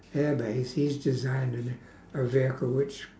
air base he's designed a ne~ a vehicle which